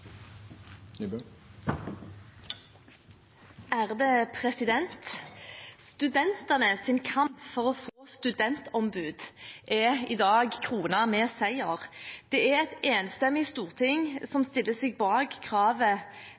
i dag kronet med seier. Det er et enstemmig storting som stiller seg bak kravet